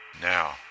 Now